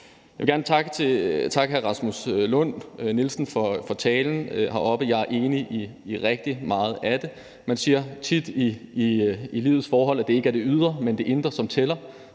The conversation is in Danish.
Jeg vil gerne takke hr. Rasmus Lund-Nielsen for talen heroppefra. Jeg er enig i rigtig meget af det. Man siger tit, at det ikke er det ydre, men det indre, der tæller